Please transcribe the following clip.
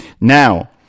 Now